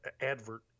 advert